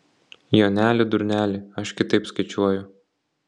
joneli durneli aš kitaip skaičiuoju